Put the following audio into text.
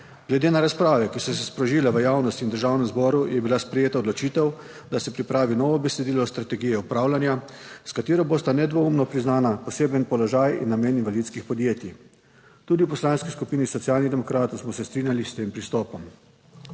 Glede na razprave, ki so se sprožile v javnosti in v Državnem zboru, je bila sprejeta odločitev, da se pripravi novo besedilo strategije upravljanja, s katero bosta nedvoumno priznana poseben položaj in namen invalidskih podjetij. Tudi v Poslanski skupini Socialnih demokratov smo se strinjali s tem pristopom.